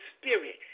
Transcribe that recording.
Spirit